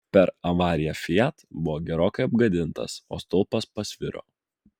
per avariją fiat buvo gerokai apgadintas o stulpas pasviro